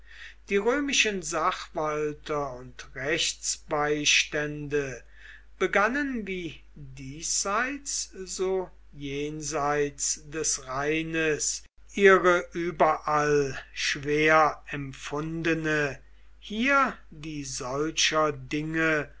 die römischen sachwalter und rechtsbeistände begannen wie diesseits so jenseits des rheines ihre überall schwer empfundene hier die solcher dinge